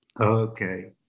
Okay